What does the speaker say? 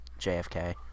JFK